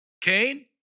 Cain